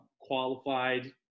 qualified